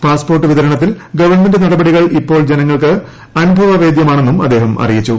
passport വിതരണത്തിൽ government നടപടികൾ ഇപ്പോൾ ജനങ്ങൾക്ക് അനുഭവ വേദ്യമാണെന്നും അദ്ദേഹം അറിയിച്ചു